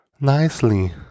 nicely